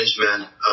management